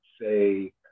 say